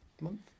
month